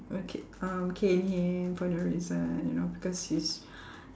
work it um cane him for no reason you know because he's